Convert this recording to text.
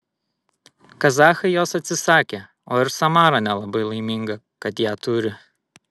kazachai jos atsisakė o ir samara nelabai laiminga kad ją turi